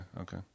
okay